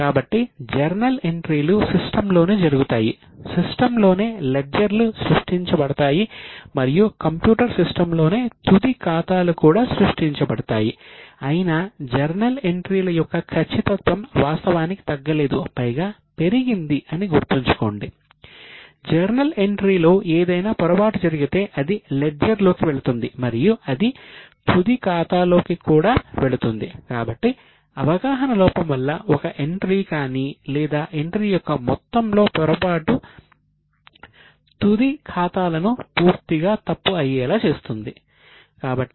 కాబట్టి జర్నల్ ఎంట్రీలు సిస్టమ్లోనే జరుగుతాయి సిస్టమ్ లోనే లెడ్జర్లు సృష్టించబడతాయి మరియు కంప్యూటర్ సిస్టమ్లోనే తుది ఖాతాలు కూడా సృష్టించబడతాయి అయినా జర్నల్ ఎంట్రీల యొక్క ఖచ్చితత్వం వాస్తవానికి తగ్గలేదు పైగా పెరిగింది అని గుర్తుంచుకోండి